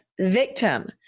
victim